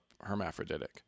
hermaphroditic